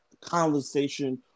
conversation